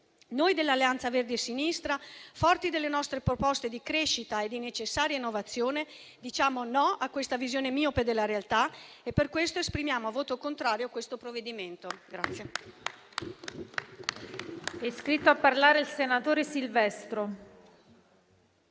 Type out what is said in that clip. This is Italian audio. Noi dell'Alleanza Verdi e Sinistra, forti delle nostre proposte di crescita e di necessaria innovazione, diciamo no a questa visione miope della realtà e per questo esprimiamo un voto contrario al provvedimento